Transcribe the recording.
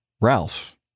Ralph